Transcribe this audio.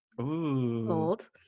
old